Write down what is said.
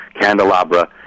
candelabra